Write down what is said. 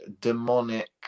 demonic